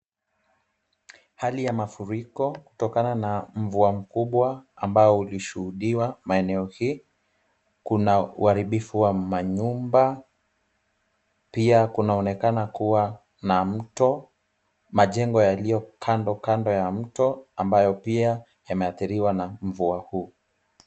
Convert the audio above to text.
Hali ya mafuriko kutokana na mvua mkubwa ambao ulishuhudiwa maeneo hii. Kuna uharibifu wa manyumba pia kunaonekana kuwa na mto, majengo yaliyo kandokando ya mto ambayo pia yameathiriwa na mvua hii.